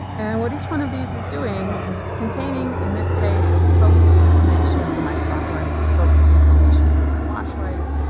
and what each one of these is doing is it's containing, in this case, focus information for my spotlights, focus information for my wash lights,